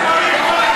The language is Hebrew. על מה?